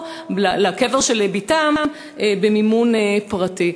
או לקבר של בתם במימון פרטי.